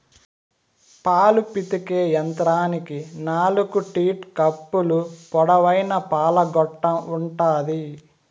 పాలు పితికే యంత్రానికి నాలుకు టీట్ కప్పులు, పొడవైన పాల గొట్టం ఉంటాది